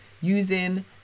using